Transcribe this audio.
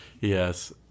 Yes